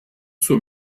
zur